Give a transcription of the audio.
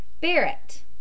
Barrett